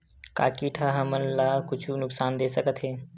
का कीट ह हमन ला कुछु नुकसान दे सकत हे?